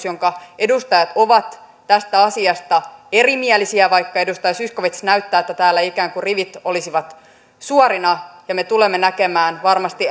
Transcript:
jonka edustajat ovat tästä asiasta erimielisiä vaikka edustaja zyskowicz näyttää että täällä ikään kuin rivit olisivat suorina me tulemme näkemään varmasti